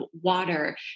water